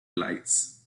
lights